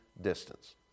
distance